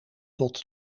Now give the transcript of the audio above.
tot